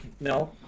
No